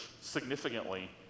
significantly